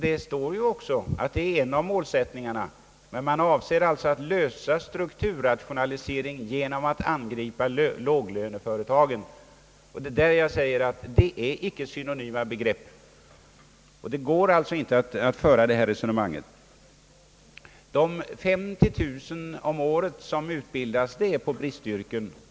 Det är ju också klart uttalat att detta är en av målsättningarna och att man avser att lösa strukturrationaliseringen genom att angripa låglöneföretagen. Det är här jag vill ha sagt att de icke är synonyma begrepp. Det går alltså inte att föra det resonemang som inrikesministern gör. De 50 000 personer om året som utbildas skall komma bristyrken till godo.